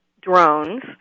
drones